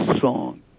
song